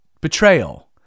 betrayal